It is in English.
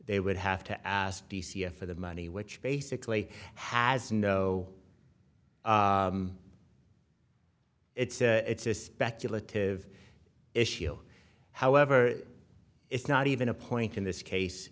they would have to ask for the money which basically has no it's a it's a speculative issue however it's not even a point in this case